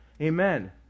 Amen